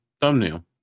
thumbnail